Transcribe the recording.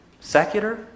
secular